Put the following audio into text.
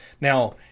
now